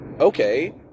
okay